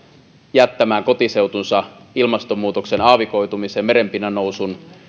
jättämään kotiseutunsa ilmastonmuutoksen aavikoitumisen merenpinnan nousun